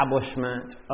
establishment